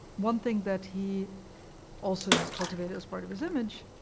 one thing that he also has cultivated as part of his image